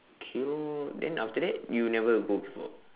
K lor then after that you never go before